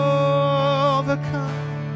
overcome